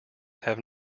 have